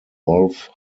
wolf